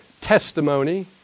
testimony